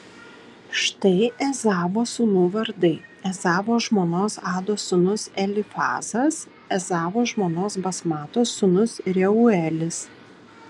štai ezavo sūnų vardai ezavo žmonos ados sūnus elifazas ezavo žmonos basmatos sūnus reuelis